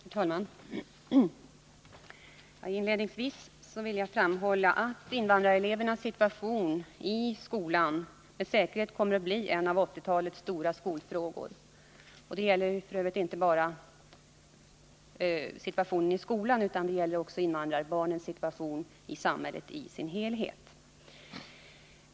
Herr talman! Inledningsvis vill jag framhålla att invandrarelevernas situation i skolan med säkerhet kommer att bli en av 1980-talets stora skolfrågor. Den kommer f. ö. inte bara att gälla invandrarbarnens situation i skolan utan deras situation i samhället i dess helhet.